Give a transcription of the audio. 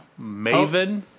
Maven